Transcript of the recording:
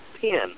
pin